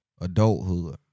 adulthood